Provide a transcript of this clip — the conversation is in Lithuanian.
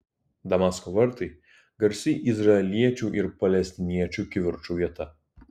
damasko vartai garsi izraeliečių ir palestiniečių kivirčų vieta